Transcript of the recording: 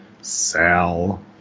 Sal